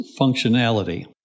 functionality